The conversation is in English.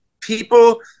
people